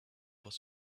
was